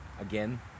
Again